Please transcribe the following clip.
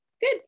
Good